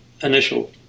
initial